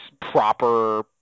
proper